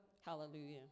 Hallelujah